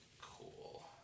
Cool